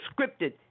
scripted